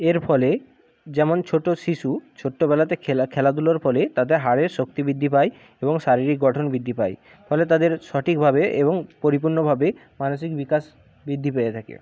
এর ফলে যেমন ছোটো শিশু ছোটোবেলাতে খেলাধুলোর ফলে তাদের হাড়ের শক্তি বৃদ্ধি পায় এবং শারীরিক গঠন বৃদ্ধি পায় ফলে তাদের সঠিকভাবে এবং পরিপূর্ণভাবে মানসিক বিকাশ বৃদ্ধি পেতে থাকে